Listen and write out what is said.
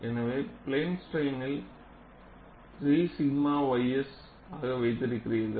எனவே பிளேன் ஸ்ட்ரைன்யில் 3 𝛔 ys ஆக வைத்திருக்கிறீர்கள்